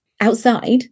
outside